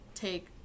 take